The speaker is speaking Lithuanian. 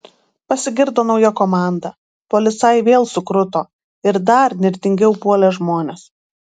pasigirdo nauja komanda policajai vėl sukruto ir dar nirtingiau puolė žmones